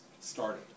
started